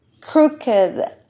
crooked